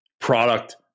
product